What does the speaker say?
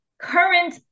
current